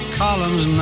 columns